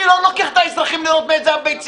אני לא לוקח את האזרחים לראות מה זה הביצים,